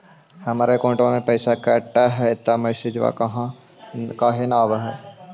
हमर अकौंटवा से पैसा कट हई त मैसेजवा काहे न आव है?